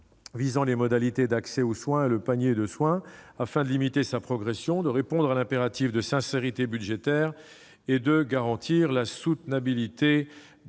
visant les modalités d'accès aux soins et le panier de soins, afin de limiter sa progression, de répondre à l'impératif de sincérité budgétaire et de garantir la soutenabilité de la